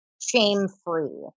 shame-free